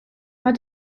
pas